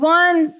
one